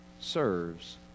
serves